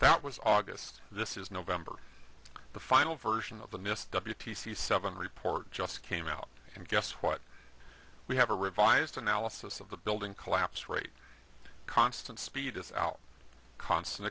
that was august this is november the final version of the mist the seven report just came out and guess what we have a revised analysis of the building collapse rate constant speed is out constant